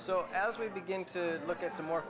so as we begin to look at some mor